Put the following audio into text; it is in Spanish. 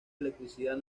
electricidad